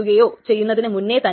അപ്പോൾ ഇത് non recoverable ആണ്